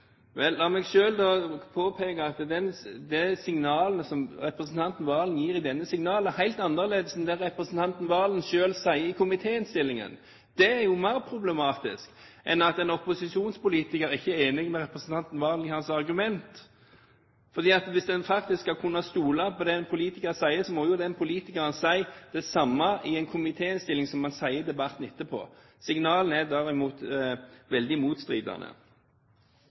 Vel, la meg selv påpeke at det signalet som representanten Serigstad Valen gir i denne salen, er noe helt annet enn det representanten Serigstad Valen selv sier i komitéinnstillingen. Det er jo mer problematisk enn at en opposisjonspolitiker ikke er enig med representanten Serigstad Valen i hans argumenter. For hvis man faktisk skal kunne stole på det en politiker sier, må jo den politikeren si det samme i en komitéinnstilling som det han sier i debatten etterpå. Signalene er derimot veldig motstridende.